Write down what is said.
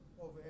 over